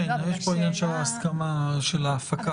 יש פה עניין של הסכמה של ההפקה.